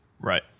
Right